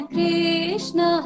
Krishna